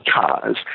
cars